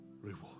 reward